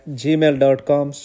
gmail.com